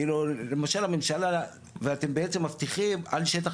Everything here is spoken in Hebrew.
כי למשל הממשלה ואתם בעצם ואתם בעצם מבטיחים על שטח